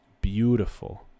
beautiful